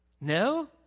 No